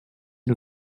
and